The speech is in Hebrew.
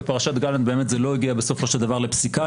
בפרשת גלנט באמת זה לא הגיע בסופו של דבר לפסיקה.